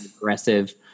aggressive